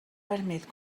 permet